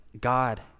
God